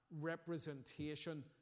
representation